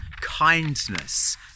kindness